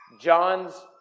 John's